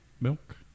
milk